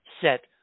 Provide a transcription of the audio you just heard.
set